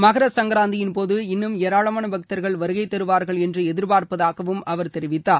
மகர சங்கராந்தியின் போது இன்னும் ஏராளமான பக்தர்கள் வருகை தருவார்கள் என்று எதிர்ப்பார்ப்பதாகவும் அவர் தெரிவித்தார்